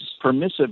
Permissive